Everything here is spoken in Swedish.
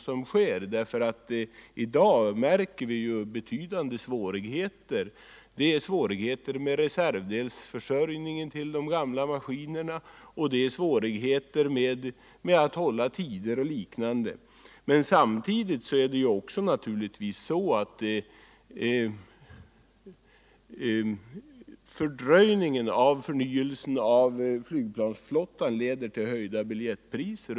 Vi märker ju i dag betydande svårigheter vad gäller försörjningen av reservdelar till de gamla maskinerna, svårigheter att hålla tider osv. Likaså är det naturligtvis på det sättet att fördröjningen av förnyelsen av flygplansflottan leder till höjda biljettpriser.